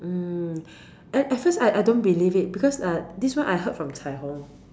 mm and at first I I don't believe it because uh this one I heard from Cai-Hong